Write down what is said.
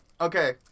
Okay